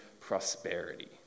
prosperity